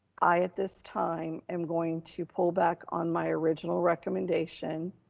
i, at this time am going to pull back on my original recommendation